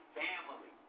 family